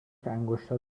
انگشتات